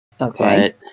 Okay